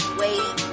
wait